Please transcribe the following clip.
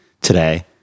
today